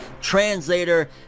translator